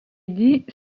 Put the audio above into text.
dit